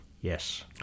Yes